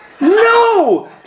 No